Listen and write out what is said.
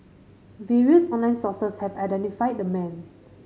various online sources have identified the man